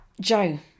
joe